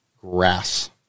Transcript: grass